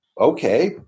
okay